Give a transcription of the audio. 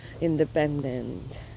independent